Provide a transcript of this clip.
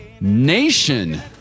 Nation